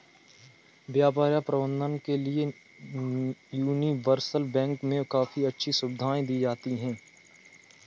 व्यापार या प्रबन्धन के लिये यूनिवर्सल बैंक मे काफी अच्छी सुविधायें दी जाती हैं